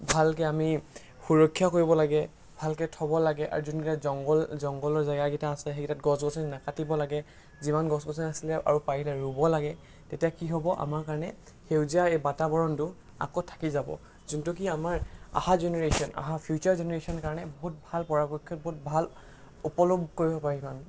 ভালকৈ আমি সুৰক্ষা কৰিব লাগে ভালকৈ থ'ব লাগে আৰু যোনকেইটা জংঘল জংঘলৰ জেগাকেইটা আছে সেইকেইটাত গছ গছনি নাকাটিব লাগে যিমান গছ গছনি আছিলে আৰু পাৰিলে ৰুব লাগে তেতিয়া কি হ'ব আমাৰ কাৰণে সেউজীয়া এই বাতাৱৰণটো আকৌ থাকি যাব যোনটো কি আমাৰ আহা জেনেৰেশ্যন আহা ফিউচাৰ জেনেৰেশ্যনৰ কাৰণে বহুত ভাল পৰাপক্ষত বহুত ভাল উপলব কৰিব পাৰিম আমি